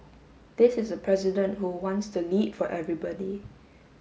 this is a president who wants to lead for everybody